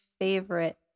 favorite